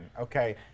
okay